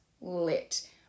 lit